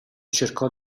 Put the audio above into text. cercò